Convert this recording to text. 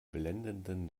blendenden